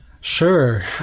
Sure